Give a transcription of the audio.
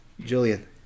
Julian